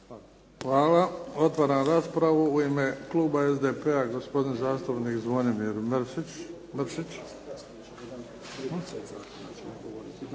Hvala. Otvaram raspravu. U ime kluba SDP-a, gospodin zastupnik Zvonimir Mršić.